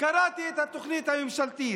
קראתי את התוכנית הממשלתית.